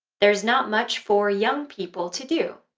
there's not much for young people to do